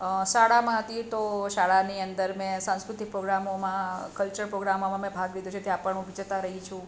શાળામાં હતી તો શાળાની અંદર મેં સાંસ્કૃતિક પ્રોગ્રામોમાં કલચર પ્રોગ્રામોમાં મેં ભાગ લીધો છે ત્યાં પણ હું વિજેતા રહી છું